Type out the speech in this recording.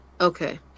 Okay